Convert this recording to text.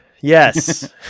yes